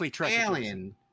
Alien